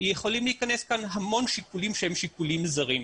יכולים להיכנס כאן המון שיקולים שהם שיקולים זרים.